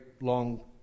long